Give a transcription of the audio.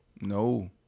No